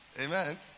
Amen